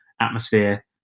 atmosphere